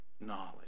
knowledge